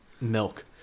milk